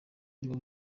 ariwe